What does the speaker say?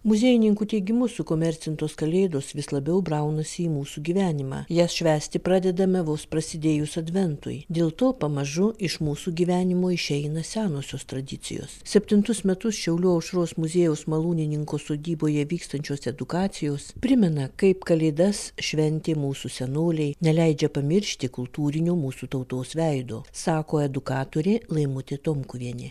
muziejininkų teigimu sukomercintos kalėdos vis labiau braunasi į mūsų gyvenimą jas švęsti pradedame vos prasidėjus adventui dėl to pamažu iš mūsų gyvenimo išeina senosios tradicijos septintus metus šiaulių aušros muziejaus malūnininko sodyboje vykstančios edukacijos primena kaip kalėdas šventė mūsų senoliai neleidžia pamiršti kultūrinio mūsų tautos veido sako edukatorė laimutė tomkuvienė